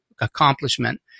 accomplishment